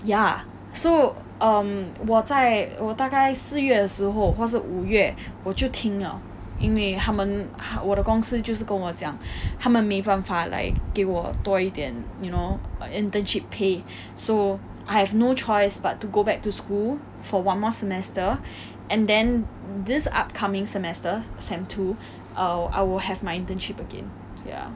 ya so um 我在我大概四月的时候或是五月我就停了因为他们我的公司就是跟我讲他们没办法 like 给我多一点 you know err internship pay so I have no choice but to go back to school for one more semester and then this upcoming semester sem two err I'll have my internship again ya